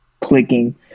clicking